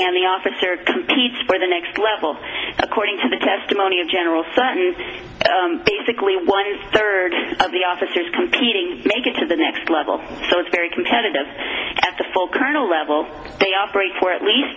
and the officer competes for the next level according to the testimony of general sun basically one third of the officers competing make it to the next level so it's very competitive at the full kind of level they operate for at least